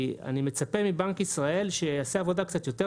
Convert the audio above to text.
אני מצפה מבנק ישראל שיעשה עבודה קצת יותר